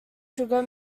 sugar